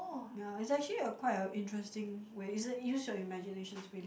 ya it's actually a quite a interesting way is your use your imaginations really